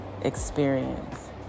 experience